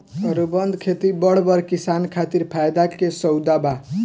अनुबंध खेती बड़ बड़ किसान खातिर फायदा के सउदा बा